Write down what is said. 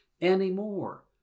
anymore